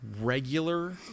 regular